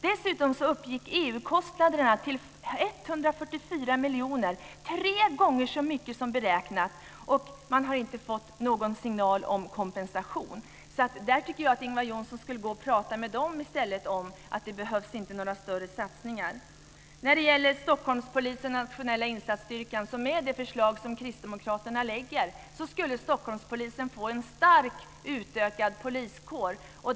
Dessutom uppgick EU-kostnaderna till 144 miljoner, tre gånger så mycket som beräknat, och man har inte fått någon signal om kompensation. Jag tycker att Ingvar Johnsson skulle prata med dem i stället om att det inte behövs några större satsningar. När det gäller Stockholmspolisen och den nationella insatsstyrkan skulle Stockholmspolisen med det förslag som kristdemokraterna lägger fram få en starkt utökad poliskår.